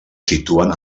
situen